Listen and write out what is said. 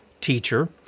teacher